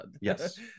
Yes